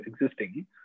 existing